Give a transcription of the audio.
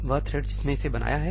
वह थ्रेड जिसने इसे बनाया है